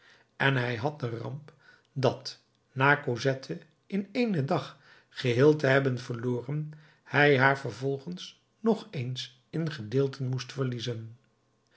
en hij had de ramp dat na cosette in éénen dag geheel te hebben verloren hij haar vervolgens nog eens in gedeelten moest verliezen